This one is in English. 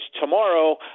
tomorrow